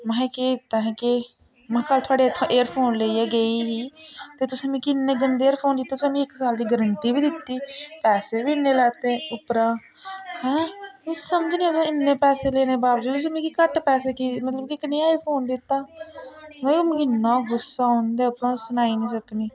महा एह् केह् दित्ता अहें केह् महां कल थुआढ़ा इत्थां एयरफोन लेइयै गेई ही ते तुसें मिकी इ'न्ने गंदे एयरफोन दित्ते तुसें मिकी इक साल दी गरंटी बी दित्ती पैसे बी इ'न्ने लैते उप्परा हैं तुस समझने कि इ'न्ने पैसे लेने दे बाबजूद बी तुसें मिकी घट्ट पैसे कि मतलब कि कनेहा एयरफोन दित्ता मिगी इ'न्ना गुस्सा उं'दे उप्पर आ'ऊं सनाई नी सकनी